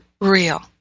real